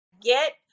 get